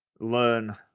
Learn